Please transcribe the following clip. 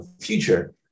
future